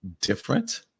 different